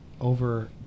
over